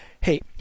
Hey